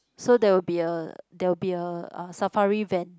so there will be a there will be a uh safari van